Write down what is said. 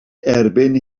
erbyn